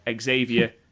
Xavier